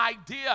idea